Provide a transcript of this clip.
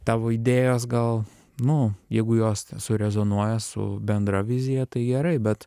tavo idėjos gal nu jeigu jos surezonuoja su bendra vizija tai gerai bet